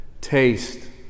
taste